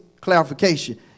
clarification